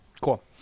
cool